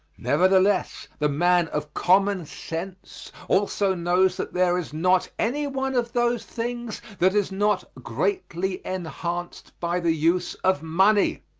nevertheless, the man of common sense also knows that there is not any one of those things that is not greatly enhanced by the use of money.